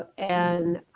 ah and